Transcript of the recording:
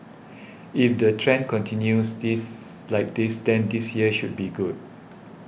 if the trend continues this like this then this year should be good